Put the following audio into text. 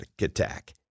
attack